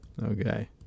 Okay